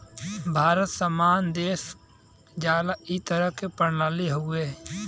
भारत से कई तरह क सामान देश में भेजल जाला ई एक तरह से व्यापार क एक प्रणाली हउवे